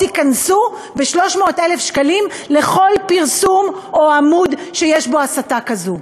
תיקנסו ב-300,000 שקלים לכל פרסום או עמוד שיש בו הסתה כזאת,